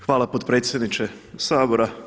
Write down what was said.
Hvala potpredsjedniče Sabora.